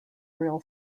real